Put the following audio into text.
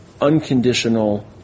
unconditional